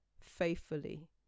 faithfully